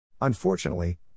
Unfortunately